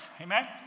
Amen